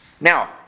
Now